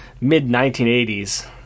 mid-1980s